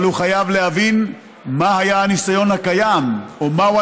אבל הוא חייב להבין מה הניסיון הקיים או מהו